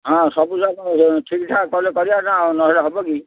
ହଁ ସବୁଯାକ ଠିକ୍ ଠାକ୍ କଲେ କରିବା ନା ଆଉ ନହେଲେ ହବ କି